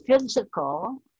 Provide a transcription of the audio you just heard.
physical